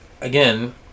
again